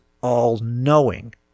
all-knowing